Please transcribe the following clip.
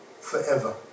forever